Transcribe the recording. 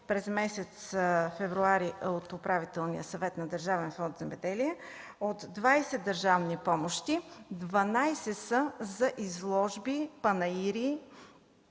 през месец февруари от Управителния съвет на Държавен фонд „Земеделие”, от 20 държавни помощи – 12 са за изложби, панаири,